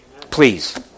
Please